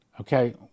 Okay